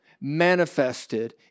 manifested